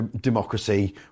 democracy